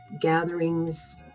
gatherings